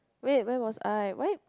wait where was I why